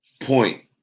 Point